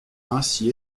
ainsi